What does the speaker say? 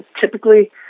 Typically